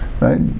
Right